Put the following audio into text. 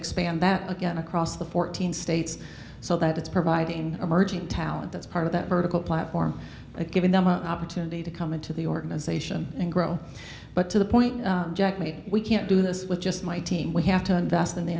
expand that again across the fourteen states so that it's providing emerging talent that's part of that vertical platform a giving them an opportunity to come into the organization and grow but to the point we can't do this with just my team we have to invest in the